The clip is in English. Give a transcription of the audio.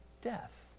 death